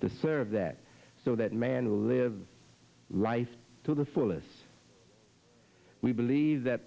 to serve that so that man will live life to the fullest we believe that